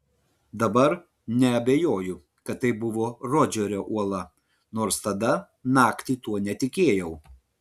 dabar neabejoju kad tai buvo rodžerio uola nors tada naktį tuo netikėjau